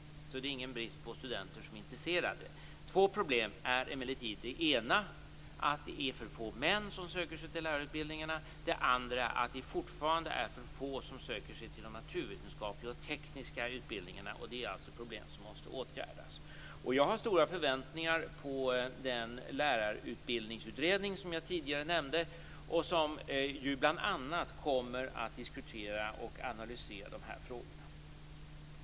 Det finns ingen brist på studenter som är intresserade. Det finns emellertid två problem. Det ena är att det är för få män som söker sig till lärarutbildningarna. Det andra är att det fortfarande är för få som söker sig till de naturvetenskapliga och tekniska utbildningarna. Det är alltså problem som måste åtgärdas. Jag har stora förväntningar på den lärarutbildningsutredning som jag tidigare nämnde. Den kommer bl.a. att diskutera och analysera dessa frågor.